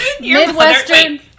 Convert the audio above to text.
midwestern